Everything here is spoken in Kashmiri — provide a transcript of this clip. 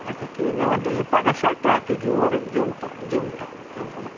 اچھا ٹھیٖک مےٚ ؤنۍتو یہِ پگاہ چھا ٹریفِک یور جوٚم جوٚم تا جوٚم کُنتھ